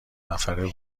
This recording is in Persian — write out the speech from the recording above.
نفره